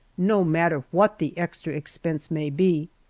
no matter what the extra expense may be.